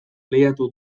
lehiatu